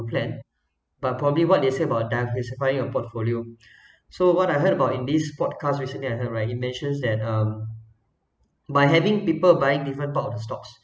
plan but probably what they say about diversify a portfolio so what I've heard about in this podcast recently I heard that he mentions that um by having people buying different top of the stocks